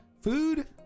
Food